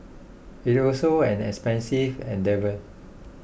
it's also an expensive endeavour